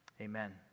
Amen